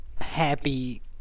happy